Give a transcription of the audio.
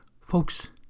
Folks